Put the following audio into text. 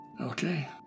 Okay